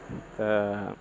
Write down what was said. तऽ